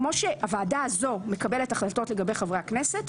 כמו שהוועדה הזאת מקבלת החלטות לגבי חברי הכנסת,